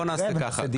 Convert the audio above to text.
בוא נעשה ככה.